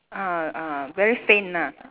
ah ah very faint ah